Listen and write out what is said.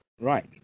Right